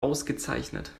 ausgezeichnet